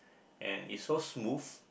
and it's so smooth